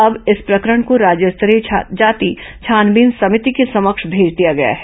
अब इस प्रकरण को राज्य स्तरीय जाति छानबीन समिति के समक्ष भेज दिया गया है